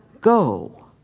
Go